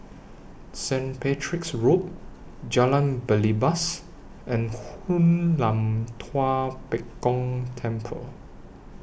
St Patrick's Road Jalan Belibas and Hoon Lam Tua Pek Kong Temple